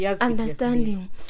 Understanding